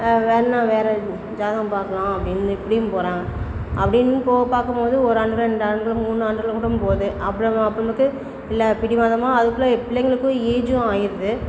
வேணுன்னா வேறு ஜாதகம் பார்க்கலாம் அப்படின்னு இப்படியும் போகிறாங்க அப்படின்னு போ பார்க்கும்பொழுது ஒரு ஆண்டு ரெண்டு ஆண்டுகள் மூணு ஆண்டுகள்னு கூடபோகுது அப்புறம் அப்பொண்ணுக்கு இல்லை பிடிவாதமாக அதுக்குள்ளே பிள்ளைங்களுக்கும் ஏஜும் ஆகிருது